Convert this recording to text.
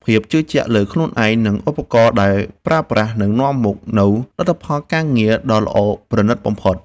ភាពជឿជាក់លើខ្លួនឯង និង ឧបករណ៍ដែលប្រើប្រាស់នឹងនាំមកនូវលទ្ធផលការងារដ៏ល្អប្រណីតបំផុត។